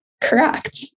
Correct